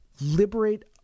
liberate